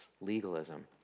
legalism